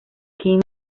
king